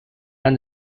mann